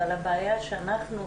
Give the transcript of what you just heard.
אבל הבעיה שאנחנו,